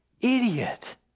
idiot